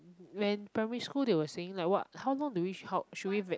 when primary school they were saying like what how long do you should we